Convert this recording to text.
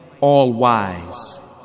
All-Wise